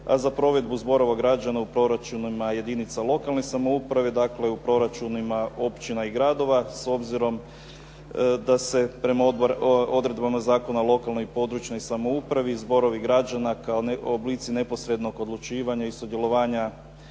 a za provedbu zborova građana u proračunima jedinica lokalne samouprave, dakle u proračunima općina i gradova s obzirom da se prema odredbama Zakona o lokalnoj i područnoj samoupravi zborovi građana kao oblici neposrednog odlučivanja i sudjelovanja